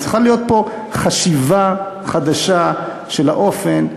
צריכה להיות פה חשיבה חדשה על האופן,